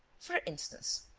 for instance,